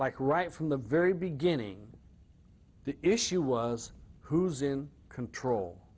like right from the very beginning the issue was who's in control